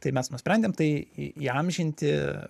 tai mes nusprendėm tai į įamžinti